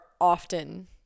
often